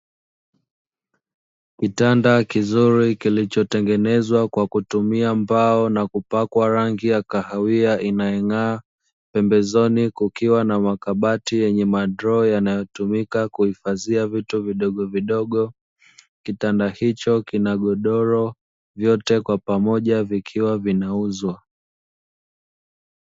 Kitanda kizuri kilicho tengenezwa kwa kutumia mbao na kupakwa rangi ya kahawia inayo ng'aa. Pembezoni kukiwa na makabati yenye madroo yanayotumika kuhifadhia vitu vidogo vidogo. Kitanda hicho kina godoro vyote kwa pamoja vikiwa vinauzwa.